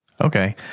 Okay